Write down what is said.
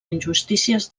injustícies